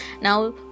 now